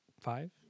Five